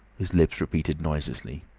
his lips repeated noiselessly.